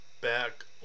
back